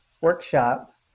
workshop